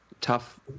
tough